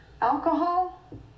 Alcohol